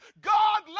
God